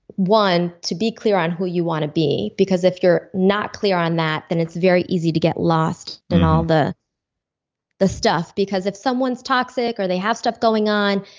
one, to be clear on who you want to be because if you're not clear on that, then it's very easy to get lost in all the the stuff. because if someone's toxic or they have stuff going on,